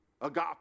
agape